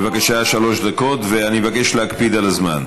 בבקשה, שלוש דקות, ואני מבקש להקפיד על הזמן.